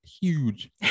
Huge